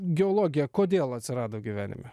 geologija kodėl atsirado gyvenime